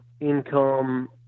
income